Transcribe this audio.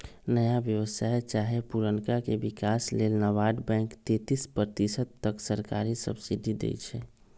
नया व्यवसाय चाहे पुरनका के विकास लेल नाबार्ड बैंक तेतिस प्रतिशत तक सरकारी सब्सिडी देइ छइ